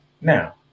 now